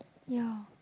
ya